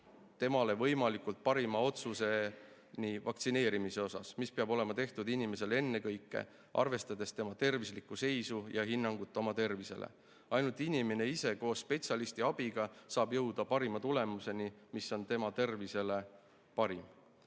temale võimalikult parima otsuseni vaktsineerimise kohta. Otsus peab olema tehtud inimesel ennekõike arvestades tema tervislikku seisu ja hinnangut oma tervisele. Ainult inimene ise koos spetsialisti abiga saab jõuda parima tulemuseni, mis on tema tervisele parim.